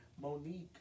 Monique